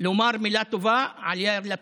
לומר מילה טובה על יאיר לפיד.